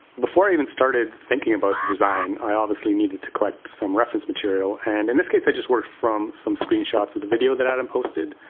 before i even started thinking about the design, i obviously needed to collect some reference material, and in this case i just worked from some screenshots of the video that adam posted.